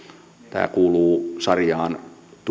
tämä kuuluu sarjaan